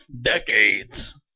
decades